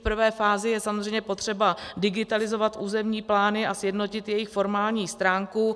V prvé fázi je samozřejmě potřeba digitalizovat územní plány a sjednotit jejich formální stránku.